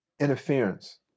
interference